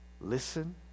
listen